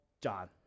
John